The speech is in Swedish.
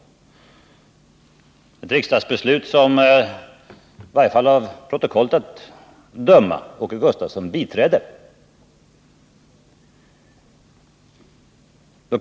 I varje fall av protokollet att döma var det ett riksdagsbeslut som Åke Gustavsson biträdde.